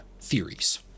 theories